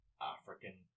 African